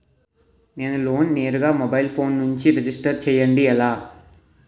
నేను లోన్ నేరుగా mobile phone నుంచి రిజిస్టర్ చేయండి ఎలా?